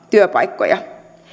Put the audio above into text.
työpaikkoja